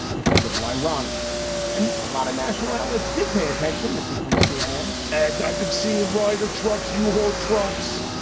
it's a little ironic and a lot of national outlets did pay attention. this was from cnn and i did see ryder trucks, u-haul trucks,